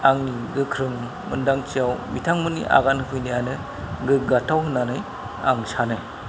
आंनि गोख्रों मोन्दांथियाव बिथांमोननि आगान होफैनायानो गोग्गाथाव होननानै आं सानो